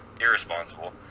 Irresponsible